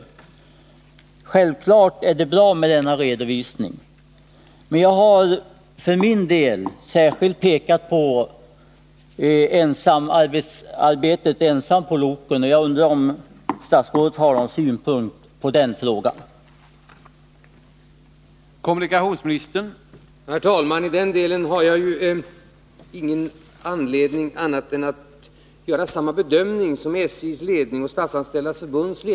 Självfallet är det bra att denna redovisning lämnas, men jag vill för min del särskilt peka på det förhållandet att lokföraren arbetar ensam på loket, och jag undrar om statsrådet har någon synpunkt på den delen av problemet.